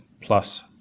plus